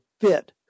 fit